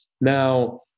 Now